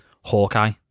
Hawkeye